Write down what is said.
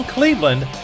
Cleveland